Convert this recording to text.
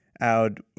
out